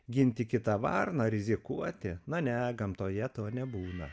ginti kitą varną rizikuoti na ne gamtoje to nebūna